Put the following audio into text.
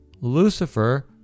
Lucifer